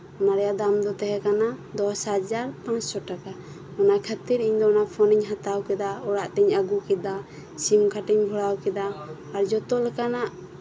ᱚᱱᱟᱨᱮᱭᱟᱜ ᱫᱟᱢ ᱫᱚ ᱛᱟᱦᱮᱸ ᱠᱟᱱᱟ ᱜᱮᱞᱦᱟᱡᱟᱨ ᱢᱚᱲᱮᱥᱟᱭ ᱴᱟᱠᱟ ᱚᱱᱟ ᱠᱷᱟᱹᱛᱤᱨ ᱤᱧᱫᱚ ᱚᱱᱟ ᱯᱷᱚᱱᱤᱧ ᱦᱟᱛᱟᱣ ᱠᱮᱫᱟ ᱚᱲᱟᱜ ᱛᱮᱧ ᱟᱹᱜᱩ ᱠᱮᱫᱟ ᱥᱤᱢᱠᱟᱴᱤᱧ ᱵᱷᱚᱨᱟᱣ ᱠᱮᱫᱟ ᱟᱨ ᱡᱚᱛᱚ ᱞᱮᱠᱟᱱᱟᱜ